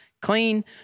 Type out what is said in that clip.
clean